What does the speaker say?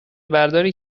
برداری